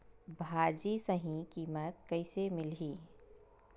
भाजी सही कीमत कइसे मिलही?